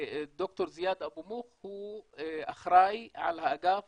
דוקטור זיאד אבו מוך הוא האחראי על האגף